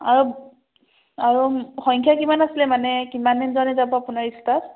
আৰু আৰু সংখ্যা কিমান আছিলে মানে কিমান দিনজনে যাব আপোনাৰ ষ্টাফ